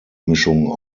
mischung